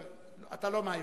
אתה לא מהיוזמים.